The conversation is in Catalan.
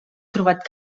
trobat